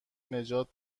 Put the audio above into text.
نجات